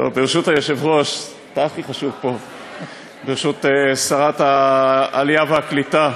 ברשות היושב-ראש, ברשות שרת העלייה והקליטה,